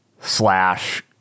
slash